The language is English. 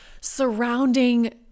surrounding